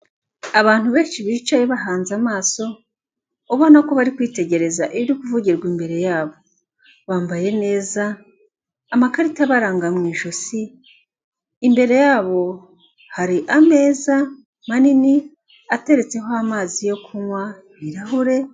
Abantu benshi bicaye bahanze amaso ubona ko bari kwitegereza ibiri kuvugirwa imbere yabo, bambaye neza amakarita abaranga mu ijosi, imbere yabo hari ameza manini ateretseho amazi yo kunywa ibirahure.